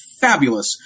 fabulous